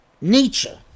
nature